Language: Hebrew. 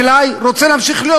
יש חקלאים שרוצים להמשיך להיות